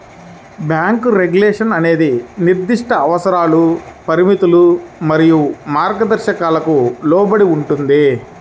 bank regulation అనేది నిర్దిష్ట అవసరాలు, పరిమితులు మరియు మార్గదర్శకాలకు లోబడి ఉంటుంది,